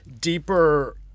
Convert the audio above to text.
deeper